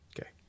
Okay